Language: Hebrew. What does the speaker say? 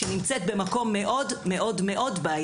שנמצאת במקום מאוד בעייתי,